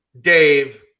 Dave